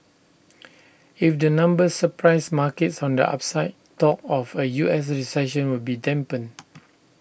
if the numbers surprise markets on the upside talk of A U S recession will be dampened